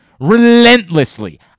Relentlessly